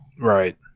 right